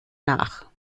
nach